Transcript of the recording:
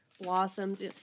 blossoms